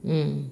mm